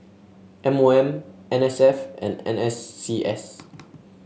M O M N S F and N S C S